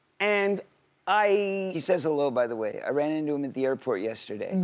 and i he says hello by the way, i ran into him at the airport yesterday. and